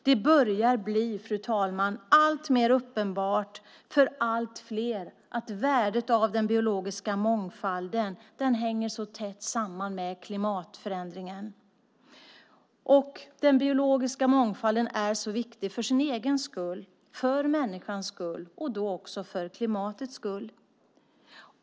Det börjar bli alltmer uppenbart för allt fler att värdet av den biologiska mångfalden tätt hänger samman med klimatförändringen. Den biologiska mångfalden är så viktig för sin egen skull, för människans skull och också för klimatets skull.